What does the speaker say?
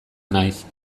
naiz